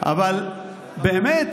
אני לא מכיר הרבה אנשי ליכוד --- אבל באמת